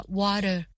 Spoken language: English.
water